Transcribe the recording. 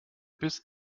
bis